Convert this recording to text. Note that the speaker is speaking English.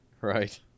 Right